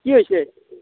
কি হৈছে